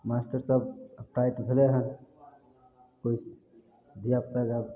master सभ आब tight भेलै हँ कोइ धियापुताके आब